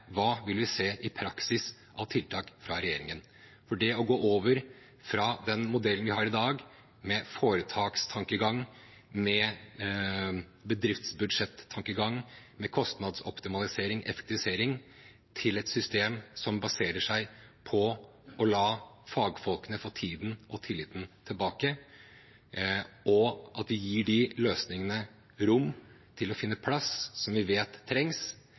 Hva vil vi se i praksis av tiltak fra regjeringen? For det å gå over fra den modellen vi har i dag – med foretakstankegang, med bedriftsbudsjettankegang, med kostnadsoptimalisering og effektivisering – til et system som baserer seg på å la fagfolkene få tiden og tilliten tilbake, og at vi gir de løsningene rom til å finne plass som vi vet trengs,